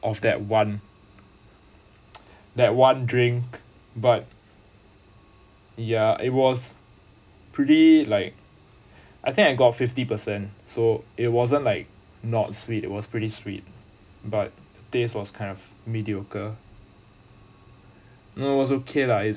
of that one that one drink but yeah it was pretty like I think I got fifty percent so it wasn't like not sweet it was pretty sweet but taste was kind of mediocre no was okay lah it's